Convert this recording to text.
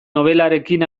nobelarekin